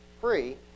free